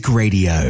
Radio